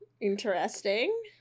interesting